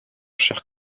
cher